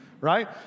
Right